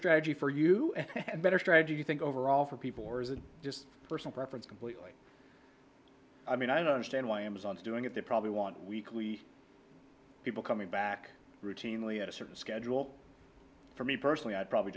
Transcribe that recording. strategy for you and better strategy you think overall for people or is it just personal preference completely i mean i don't understand why amazon is doing it they probably want weekly people coming back routinely at a certain schedule for me personally i'd probably